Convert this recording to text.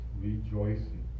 rejoicing